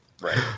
Right